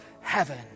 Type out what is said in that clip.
heaven